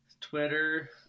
twitter